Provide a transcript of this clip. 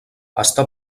està